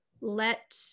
let